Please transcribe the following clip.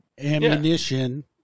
Ammunition